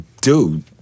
dude